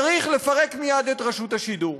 צריך לפרק מייד את רשות השידור.